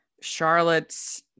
Charlotte's